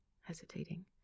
hesitating